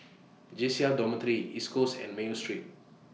J C R Dormitory East Coast and Mayo Street